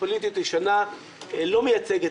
לא מייצגת,